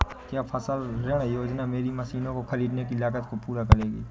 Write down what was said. क्या फसल ऋण योजना मेरी मशीनों को ख़रीदने की लागत को पूरा करेगी?